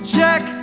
Check